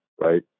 right